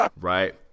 Right